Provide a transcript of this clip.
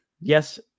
Yes